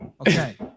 Okay